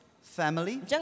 family